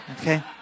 Okay